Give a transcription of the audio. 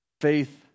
Faith